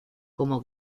como